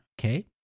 okay